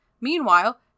Meanwhile